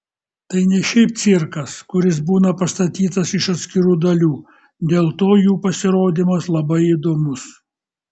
tai ne šiaip cirkas kuris būna pastatytas iš atskirų dalių dėl to jų pasirodymas labai įdomus